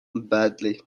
badly